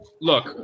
look